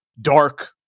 dark